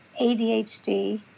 ADHD